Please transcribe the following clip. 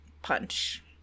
punch